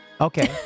Okay